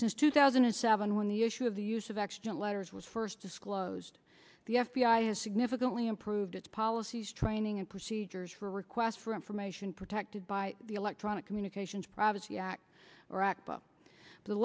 since two thousand and seven when the issue of the use of extant letters was first disclosed the f b i has significantly improved its policies training and procedures for requests for information protected by the electronic communications privacy act or act up the